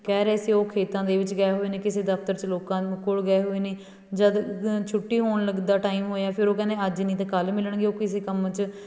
ਕਹਿ ਰਹੇ ਸੀ ਉਹ ਖੇਤਾਂ ਦੇ ਵਿੱਚ ਗਏ ਹੋਏ ਨੇ ਕਿਸੇ ਦਫਤਰ 'ਚ ਲੋਕਾਂ ਕੋਲ ਗਏ ਹੋਏ ਨੇ ਜਦ ਛੁੱਟੀ ਹੋਣ ਲੱਗਦਾ ਟਾਈਮ ਹੋਇਆ ਫਿਰ ਉਹ ਕਹਿੰਦੇ ਅੱਜ ਨਹੀਂ ਤਾਂ ਕੱਲ੍ਹ ਮਿਲਣਗੇ ਉਹ ਕਿਸੇ ਕੰਮ 'ਚ